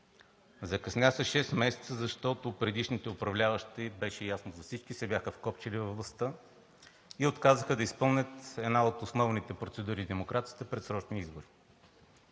закъсня с шест месеца, защото предишните управляващи – беше ясно за всички, се бяха вкопчили във властта и отказаха да изпълнят една от основните процедури в демокрацията – предсрочни избори.